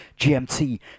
GMT